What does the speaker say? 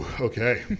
Okay